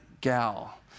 gal